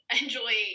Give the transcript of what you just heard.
enjoy